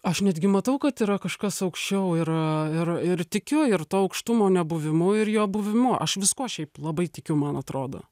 aš netgi matau kad yra kažkas aukščiau ir ir ir tikiu ir to aukštumo nebuvimu ir jo buvimu aš viskuo šiaip labai tikiu man atrodo